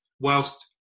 whilst